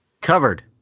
Covered